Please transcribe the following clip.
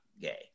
gay